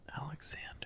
alexander